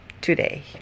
today